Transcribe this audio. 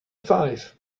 five